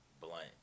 blunt